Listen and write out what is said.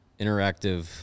interactive